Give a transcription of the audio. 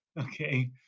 okay